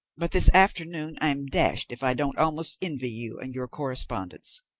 but this afternoon i'm dashed if i don't almost envy you and your correspondence.